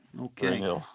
Okay